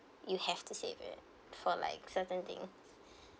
you have to save it for like certain things